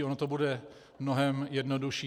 Ono to bude mnohem jednodušší.